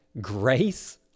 grace